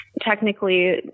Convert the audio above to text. technically